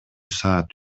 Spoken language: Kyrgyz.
саат